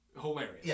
hilarious